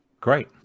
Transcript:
Great